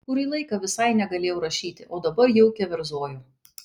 kurį laiką visai negalėjau rašyti o dabar jau keverzoju